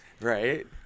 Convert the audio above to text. Right